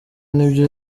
nibyo